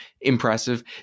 impressive